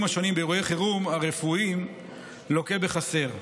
השונים באירועי חירום רפואיים לוקה בחסר.